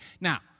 Now